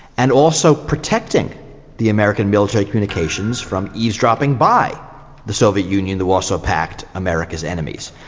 and also protecting the american military communications from eavesdropping by the soviet union, the warsaw pact, america's enemies.